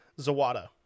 Zawada